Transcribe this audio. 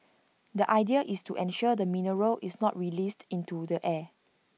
the idea is to ensure the mineral is not released into the air